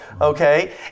okay